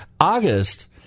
August